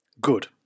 Good